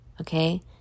okay